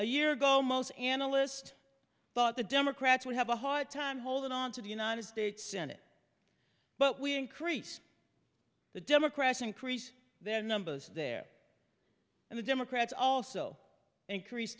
a year ago most analysts thought the democrats would have a hard time holding on to the united states senate but we increase the democrats increase their numbers there and the democrats also increase